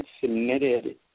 submitted